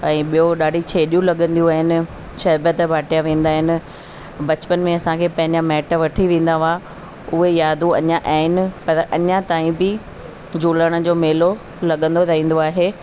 ऐं ॿियों ॾाढी छेॼियूं लॻंदियूं आहिनि शरबत बाटिया वेंदा आहिनि बचपन में असांखे पंहिंजा माइट वठी वेंदा हुआ उहो यादू अञा आहिनि पर अञा ताईं बि झूलण जो मेलो लॻंदो रहंदो आहे